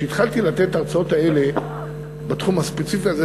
כשהתחלתי לתת את ההרצאות האלה בתחום הספציפי הזה,